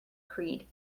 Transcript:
creed